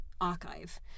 archive